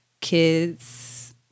Kids